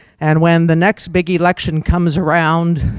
and when the next big election comes around.